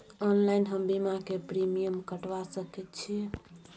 Online हम बीमा के प्रीमियम कटवा सके छिए?